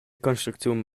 construcziun